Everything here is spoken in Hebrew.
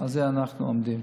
על זה אנחנו עומדים.